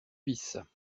vices